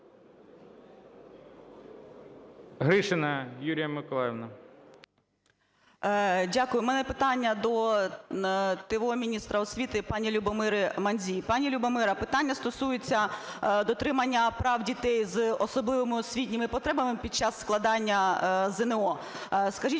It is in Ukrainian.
Гришина Юлія Миколаївна.